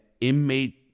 inmate